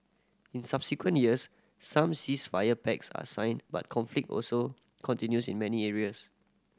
in subsequent years some ceasefire pacts are signed but conflict also continues in many areas